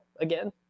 again